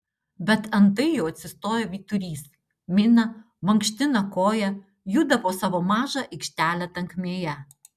bet antai jau atsistoja vyturys mina mankština koją juda po savo mažą aikštelę tankmėje